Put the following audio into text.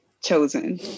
chosen